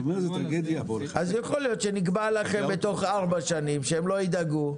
--- אז יכול להיות שנקבע לכם בתוך ארבע שנים שהם לא ידאגו,